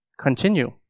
continue